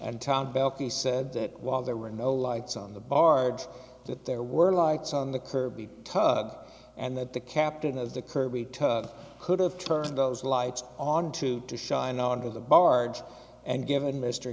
he said that while there were no lights on the barge that there were lights on the curb the tug and that the captain of the curve could have turned those lights on to to shine onto the barge and given mr